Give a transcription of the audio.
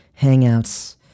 hangouts